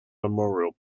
memorial